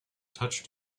touched